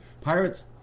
Pirates